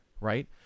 right